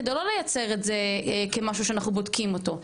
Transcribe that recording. כדי לא לייצר את זה כמשהו שאנחנו בודקים אותו.